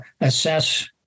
assess